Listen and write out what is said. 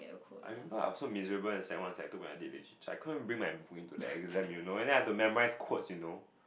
I remember I was so miserable in sec one sec two when I did literature I couldn't bring my book into the exam you know and then I have to memorize quotes you know